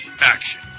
action